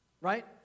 Right